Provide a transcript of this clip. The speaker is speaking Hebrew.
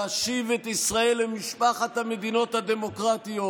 להשיב את ישראל למשפחת המדינות הדמוקרטיות,